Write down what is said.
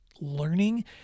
learning